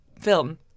film